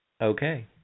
Okay